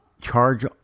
charge